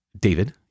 David